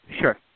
Sure